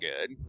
good